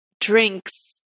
drinks